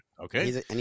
Okay